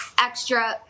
extra